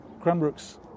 Cranbrook's